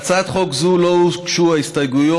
להצעת חוק זו לא הוגשו הסתייגויות,